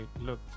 look